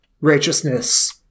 righteousness